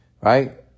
Right